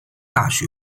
大学